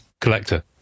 collector